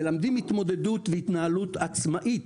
מלמדים התמודדות והתנהלות עצמאית